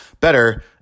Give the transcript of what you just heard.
better